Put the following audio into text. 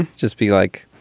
just be like,